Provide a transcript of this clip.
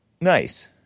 nice